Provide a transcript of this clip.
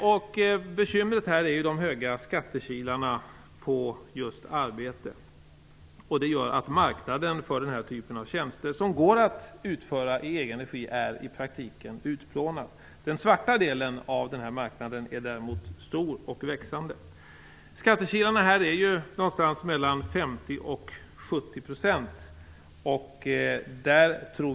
Bekymret här är ju de breda skattekilarna på just arbete. Detta gör att marknaden för den här typen av tjänster, som går att utföra i egen regi, i praktiken är utplånad. Den svarta delen av den här marknaden är däremot stor och växande. Skattekilarna är mellan 50 och 70 %.